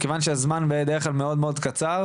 מכיוון שהזמן בדרך כלל מאוד מאוד קצר,